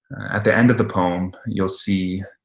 at the end of the poem, you'll see